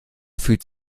fühlt